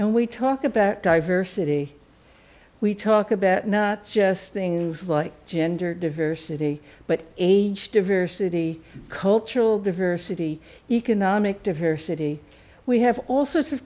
and we talk about diversity we talk about not just things like gender diversity but age diversity cultural diversity economic diversity we have all sorts of